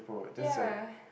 ya